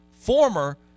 former